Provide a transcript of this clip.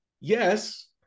yes